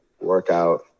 workout